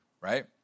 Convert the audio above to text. right